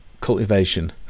cultivation